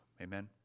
Amen